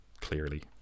clearly